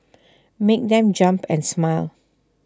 make them jump and smile